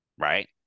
right